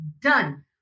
done